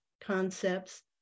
concepts